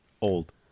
old